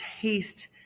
taste